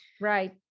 Right